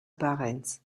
parens